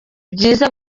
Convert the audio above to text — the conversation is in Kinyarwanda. byiza